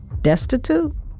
destitute